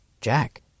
Jack